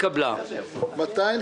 הצבעה בעד,